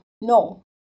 no